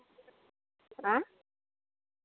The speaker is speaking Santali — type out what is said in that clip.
ᱦᱮᱸ